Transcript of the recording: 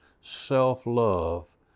self-love